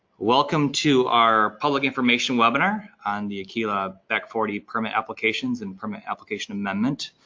welcome to our public information webinar on the aquila back forty permit applications and permit application amendment.